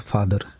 Father